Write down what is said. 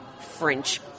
French